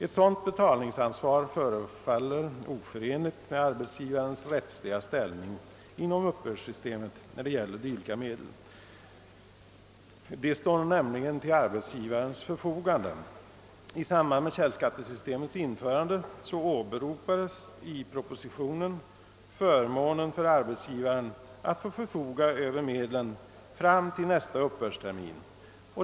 Ett dylikt betalningsansvar synes i första hand oförenligt med arbetsgivarens rättsliga ställning inom uppbördssystemet när det gäller dylika medel.» De medlen står nämligen till arbetsgivarens förfogande. I samband med källskattesystemets införande åberopades i propositionen förmånen för arbetsgivaren att få förfoga över medlen fram till nästa uppbördstermin.